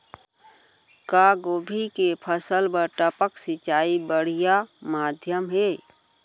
का गोभी के फसल बर टपक सिंचाई बढ़िया माधयम हे?